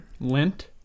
Lint